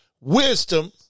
wisdom